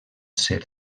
ser